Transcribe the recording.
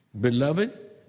Beloved